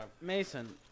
Mason